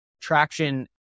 traction